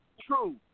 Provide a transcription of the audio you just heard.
true